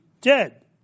dead